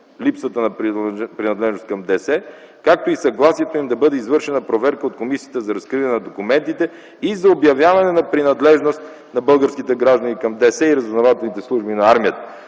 липсата на принадлежност към ДС, както и съгласието им да бъде извършена проверка от Комисията за разкриване на документите и за обявяване на принадлежност на българските граждани към Държавна сигурност и разузнавателните служби на